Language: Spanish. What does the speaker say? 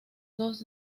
dos